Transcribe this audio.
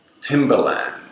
Timberland